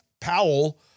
Powell